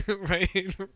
Right